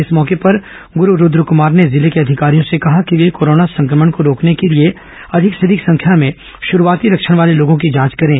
इस मौके पर गुरू रूद कुमार ने जिले के अधिकारियों से कहा कि वे कोरोना संक्रमण को रोकने के लिए अधिक से अधिक संख्या में शुरूआती लक्षण वाले लोगों की जांच करें